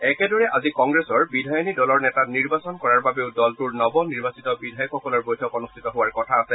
একেদৰে আজি কংগ্ৰেছৰ বিধায়িনী দলৰ নেতা নিৰ্বাচন কৰাৰ বাবেও দলটোৰ নৱনিৰ্বাচিত বিধায়কসকলৰ বৈঠক অনুষ্ঠিত হোৱাৰ কথা আছে